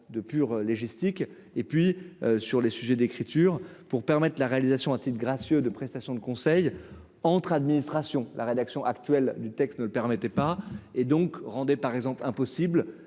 de pure légistique et puis sur les sujets d'écriture pour permettre la réalisation à titre gracieux de prestations de conseil entre administrations la rédaction actuelle du texte ne le permettait pas et donc rendez par exemple impossible